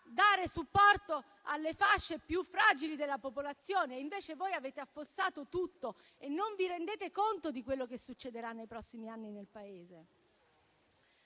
dare supporto alle fasce più fragili della popolazione. Invece voi avete affossato tutto e non vi rendete conto di quello che succederà nel Paese nei prossimi anni. Di cose